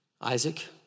Isaac